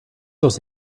los